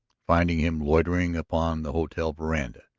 finding him loitering upon the hotel veranda.